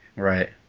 right